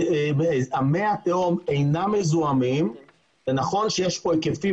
מי התהום אינם מזוהמים ונכון שיש כאן היקפים